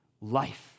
life